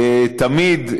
תמיד,